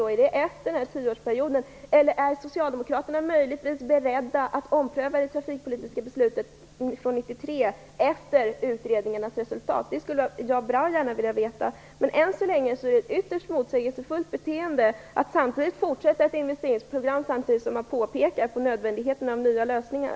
Är det efter den här tioårsperioden, eller är socialdemokraterna möjligtvis beredda att ompröva det trafikpolitiska beslutet från 1993 efter det att utredningarna presenterat sitt resultat? Det skulle jag bra gärna vilja veta. Men än så länge är det ett ytterst motsägelsefullt beteende att fortsätta ett investeringsprogram samtidigt som man pekar på nödvändigheten av nya lösningar.